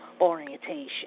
orientation